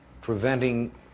preventing